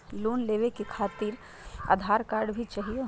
Loan लेवे खातिरआधार card भी चाहियो?